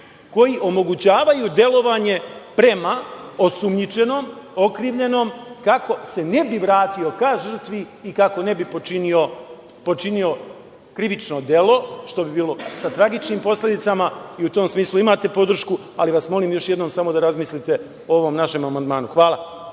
koji omogućavaju delovanje prema osumnjičenom, okrivljenom, kako se ne bi vratio ka žrtvi i kako ne bi počinio krivično delo, što bi bilo sa tragičnim posledicama. U tom smislu imate podršku, samo vas molim da još jednom razmislite o ovom našem amandmanu. Hvala.